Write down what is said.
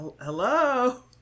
Hello